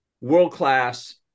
world-class